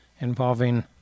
involving